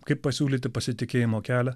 kaip pasiūlyti pasitikėjimo kelią